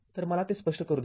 तर मला हे स्पष्ट करू द्या